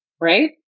right